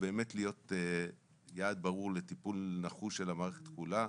באמת להיות יעד ברור לטיפול נחוש של המערכת כולה.